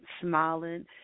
smiling